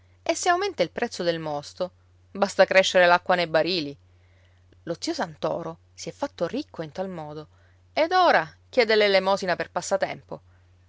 e se aumenta il prezzo del mosto basta crescere l'acqua nei barili lo zio santoro si è fatto ricco in tal modo ed ora chiede l'elemosina per passatempo